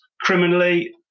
Criminally